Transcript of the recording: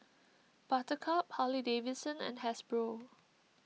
Buttercup Harley Davidson and Hasbro